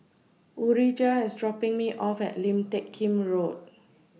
Urijah IS dropping Me off At Lim Teck Kim Road